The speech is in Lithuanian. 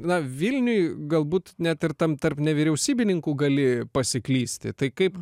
na vilniuj galbūt net ir tam tarp nevyriausybininkų gali pasiklysti tai kaip